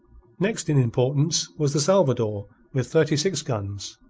next in importance was the salvador with thirty-six guns